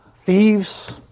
thieves